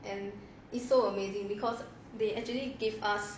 and it's so amazing because they actually give us